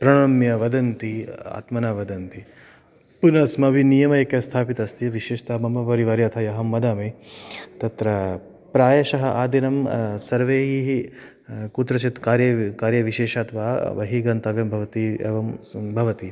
प्रणम्य वदन्ति आत्मनः वदन्ति पुनः अस्माभिः नियमः एकः स्थापितः अस्ति विशेषतः मम परिवारे अतः अहं वदामि तत्र प्रायशः आदिनं सर्वैः कुत्रचित् कार्य कार्यविशेषात् वा बहिः गन्तव्यं भवति एवं सम्भवति